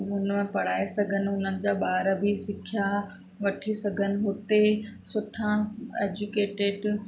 हुन में पढ़ाए सघनि हुननि जा ॿार बि सिखिया वठी सघनि हुते सुठा एजुकेटिड